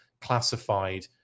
classified